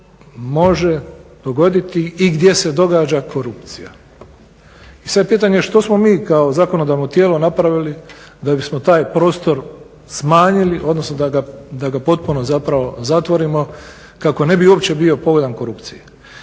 može dogoditi i gdje se događa korupcija. I sad je pitanje što smo mi kao zakonodavno tijelo napravili da bismo taj prostor smanjili odnosno da ga potpuno zapravo zatvorimo kako ne bi uopće bio pogodan korupciji.